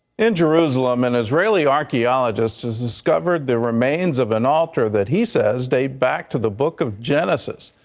in jerusalem and israeli archaeologist has discovered the remains of an altar that he says dates back to the book of genesis.